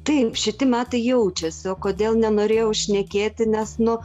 taip šiti metai jaučiasi o kodėl nenorėjau šnekėti nes nu